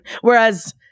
Whereas